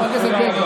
חבר הכנסת בגין.